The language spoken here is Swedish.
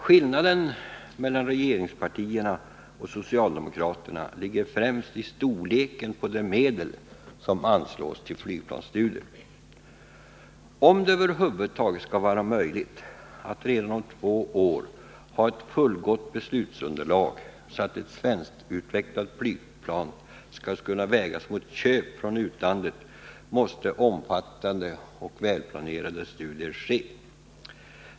Skillnaden mellan regeringspartierna och socialdemokraterna ligger främst i storleken på de medel som anslås till flygplansstudier. Om det över huvud taget skall vara möjligt att redan om två år ha ett fullgott beslutsunderlag, så att ett svenskutvecklat flygplan skall kunna vägas mot köp från utlandet, måste omfattande och välplanerade studier ske.